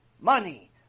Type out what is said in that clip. money